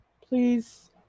Please